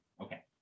Okay